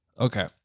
Okay